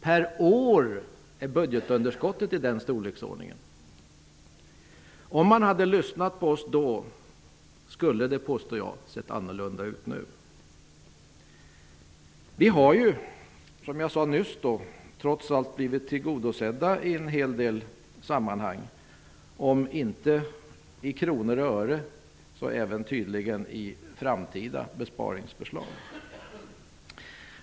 Jag vill påstå att det skulle ha sett annorlunda ut nu, om man hade lyssnat på oss då. Vi har, som jag sade nyss, trots allt blivit tillgodosedda i en hel del sammanhang, om inte i kronor och ören så dock tydligen i form av förslag om framtida besparingar.